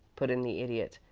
put in the idiot,